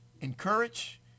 encourage